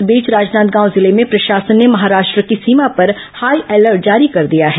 इस बीच राजनांदगांव जिले में प्रशासन ने महाराष्ट्र की सीमा पर हाईअलर्ट जारी कर दिया है